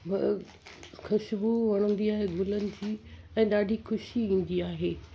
ख़ुशबू वणंदी आहे गुलनि जी ऐं ॾाढी ख़ुशी ईंदी आहे